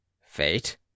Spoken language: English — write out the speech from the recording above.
Fate